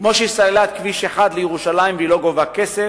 כמו שהיא סללה את כביש מס' 1 לירושלים והיא לא גובה כסף,